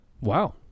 wow